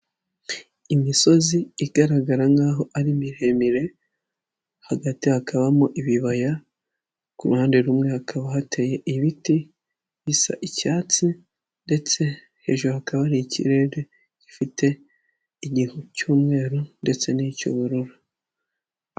Imisozi igaragara nk'aho ari miremire hagati hakaba harimo ibibaya, ku ruhande rumwe hakaba hateye ibiti bisa icyatsi ndetse hejuru hakaba hari ikirere gifite igihu cy'umweru ndetse n'icy'ubururu.